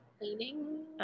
Cleaning